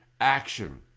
action